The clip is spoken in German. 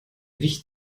wicht